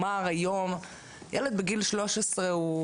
המובן מאליו לא יצטרך עוד דיון ועוד דיון ועוד דיון,